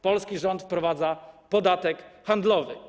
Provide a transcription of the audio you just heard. Polski rząd wprowadza podatek handlowy.